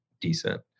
decent